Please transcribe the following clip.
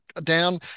down